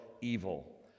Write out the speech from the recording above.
evil